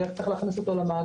איך צריך להכניס אותו למאגר,